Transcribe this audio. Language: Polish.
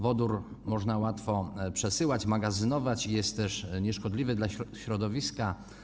Wodór można łatwo przesyłać, magazynować, jest on też nieszkodliwy dla środowiska.